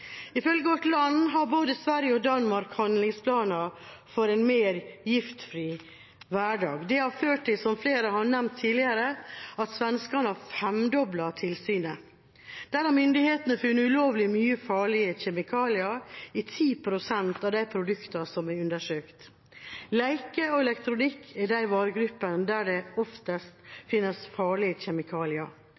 Ifølge Vårt Land har både Sverige og Danmark handlingsplaner for en mer giftfri hverdag. Det har ført til – som flere har nevnt tidligere – at svenskene har femdoblet tilsynet. Svenske myndigheter har funnet ulovlig mange farlige kjemikalier i 10 pst. av de produktene som er undersøkt. Leker og elektronikk er de varegruppene der det oftest finnes farlige kjemikalier.